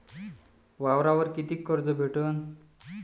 वावरावर कितीक कर्ज भेटन?